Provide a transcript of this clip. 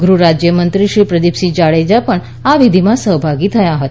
ગૃહરાજ્યમંત્રી શ્રી પ્રદીપસિંહ જાડેજા પણ આ વિધિમાં સહભાગી થયા હતા